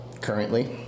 currently